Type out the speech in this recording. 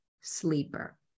sleeper